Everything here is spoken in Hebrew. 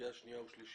בקריאה שניה ושלישית.